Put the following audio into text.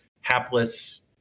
hapless